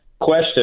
question